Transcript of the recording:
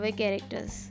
characters